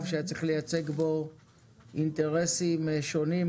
שהיה צריך לייצג בו אינטרסים שונים,